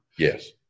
Yes